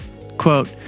Quote